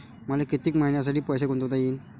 मले कितीक मईन्यासाठी पैसे गुंतवता येईन?